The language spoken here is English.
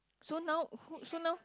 so now who so now